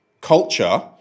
culture